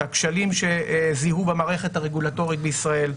הכשלים שזיהו במערכת הרגולטורית בישראל,